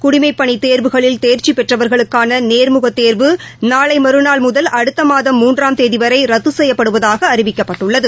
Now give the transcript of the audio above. குடிமைப்பணிதேர்வுகளில் தேர்ச்சிபெற்றவர்களுக்கானநேர்முகத் தேர்வு நாளைமறுநாள் முதல் அடுத்தமாதம் மூன்றாம் தேதிவரைரத்துசெய்யப்படுவதாகஅறிவிக்கப்பட்டுள்ளது